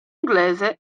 inglese